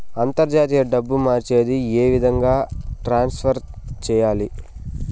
అంతర్జాతీయ డబ్బు మార్చేది? ఏ విధంగా ట్రాన్స్ఫర్ సేయాలి?